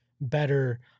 better